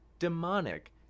Demonic